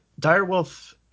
Direwolf